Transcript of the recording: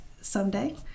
someday